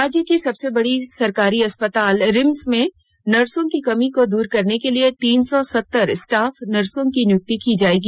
राज्य के सबसे बड़े सरकारी अस्पताल रिम्स में नर्सो की कमी को दूर करने के लिए तीन सौ सतर स्टाफ नर्सो की नियुक्ति की जाएगी